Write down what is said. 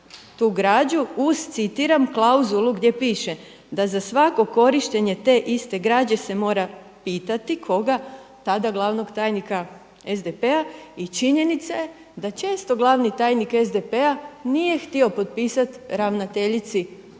tu građu uz citiram klauzulu gdje piše – da za svako korištenje te iste građe se mora pitati – koga? Tada glavnog tajnika SDP-a. I činjenica je da često glavni tajnik SDP-a nije htio potpisat ravnateljici Arhiva